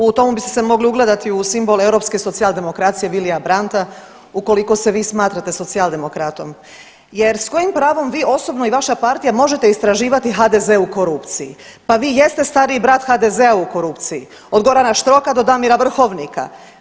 U tome biste se mogli ugledati u simbol Europske socijaldemokracije Willya Brandta ukoliko se vi smatrate socijaldemokratom jer s kojim pravom vi osobno i vaša partija možete istraživati HDZ u korupciji, pa vi jeste stariji brat HDZ-a u korupciji, od Gorana Štroka do Damira Vrhovnika.